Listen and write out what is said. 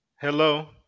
Hello